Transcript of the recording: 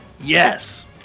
Yes